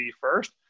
first